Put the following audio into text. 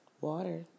Water